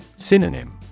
Synonym